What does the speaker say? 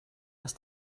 dass